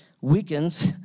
weakens